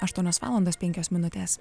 aštuonios valandos penkios minutės